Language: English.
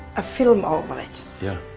a film over it. yeah.